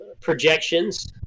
projections